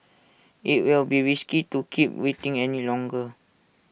IT will be risky to keep waiting any longer